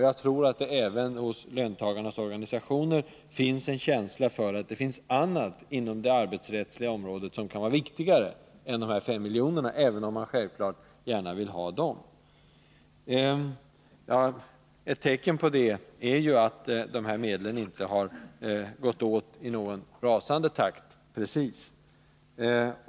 Jag tror att man även inom löntagarorganisationerna har en känsla för att det finns annat inom det arbetsrättsliga området som kan vara viktigare än dessa 5 miljoner, även om man naturligtvis gärna vill ha dem. Ett tecken på det är att de här medlen inte precis har gått åt i någon rasande takt.